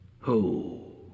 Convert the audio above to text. Ho